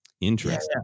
Interesting